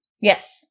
Yes